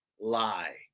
lie